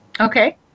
Okay